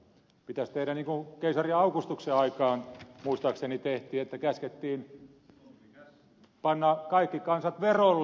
pitäisi tehdä niin kuin keisari augustuksen aikaan muistaakseni tehtiin että käskettiin panna kaikki kansat verolle